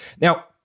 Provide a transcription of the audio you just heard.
Now